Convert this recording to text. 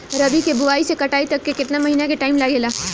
रबी के बोआइ से कटाई तक मे केतना महिना के टाइम लागेला?